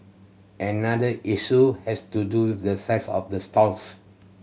another issue has to do with the size of the stalls